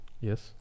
yes